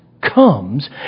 comes